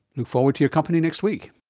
look forward to your company next week